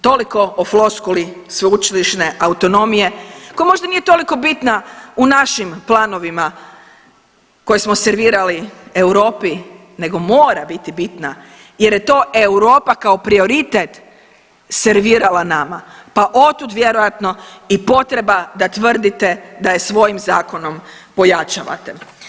Toliko o floskuli sveučilišne autonomije koja možda nije toliko bitna u našim planovima koje smo servirali Europi, nego mora biti bitna jer je to Europa kao prioritet servirala nama pa otud vjerojatno i potreba da tvrdite da je svojim zakonom pojačavate.